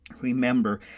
Remember